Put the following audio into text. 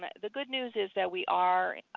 but the good news is that we are,